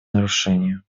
нарушения